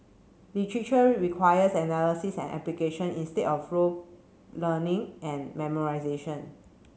literature requires analysis and application instead of rote learning and memorisation